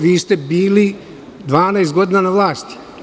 Vi ste bili 12 godina na vlasti.